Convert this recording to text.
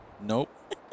Nope